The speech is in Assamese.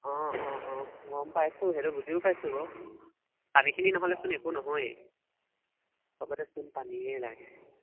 অঁ অঁ অঁ গম পাইছোঁ সেইটো বুজিও পাইছোঁ বাৰু পানীখিনি নহ'লেচোন একো নহয় চবতে চোন পানীয়েই লাগে